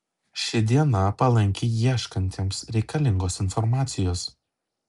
ši diena palanki ieškantiems reikalingos informacijos